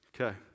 okay